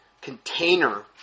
container